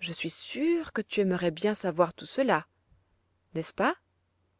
je suis sûre que tu aimerais bien savoir tout cela n'est-ce pas